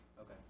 Okay